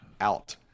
out